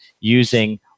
using